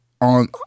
on